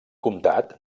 comtat